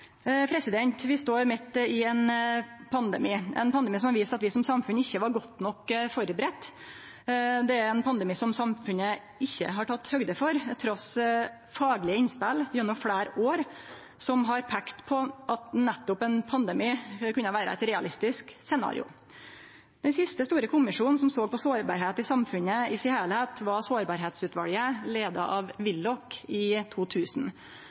Vi står midt i ein pandemi, ein pandemi som har vist at vi som samfunn ikkje var godt nok førebudde. Det er ein pandemi som samfunnet ikkje har teke høgd for, trass i faglege innspel gjennom fleire år som har peikt på at ein pandemi kunne vere eit realistisk scenario. Den siste store kommisjonen som såg på sårbarheit i samfunnet i det heile, var Sårbarhetsutvalget, leia av Kåre Willoch i 2000.